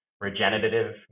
Regenerative